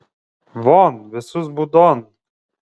von visus būdon